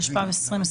התשפ"ב-2021.